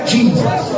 Jesus